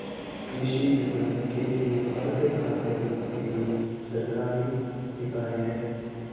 कृषि विपणन के लिए भारतीय खाद्य निगम सरकारी निकाय है